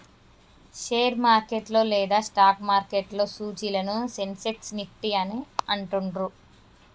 share market లేదా stock మార్కెట్లో సూచీలను సెన్సెక్స్, నిఫ్టీ అని అంటుండ్రు